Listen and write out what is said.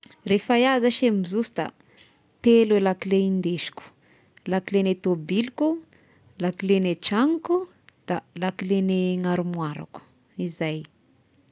Rehefa iaho zashy mizoso da telo i lakile indesiko: lakile ny tôbiliko, lakile ny tragnoko, da lakilegna ny armoarako, izay.